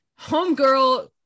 Homegirl